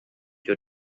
your